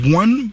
one